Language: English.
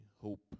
hope